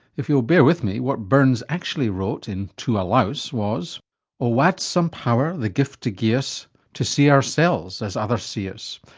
if you'll bear with me, what burns actually wrote in to a louse was oh wad some power the giftie gie us to see oursels as others see us!